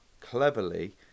cleverly